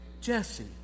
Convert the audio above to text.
Jesse